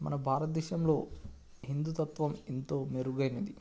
మన భారత దేశంలో హిందుతత్వం ఎంతో మెరుగైనది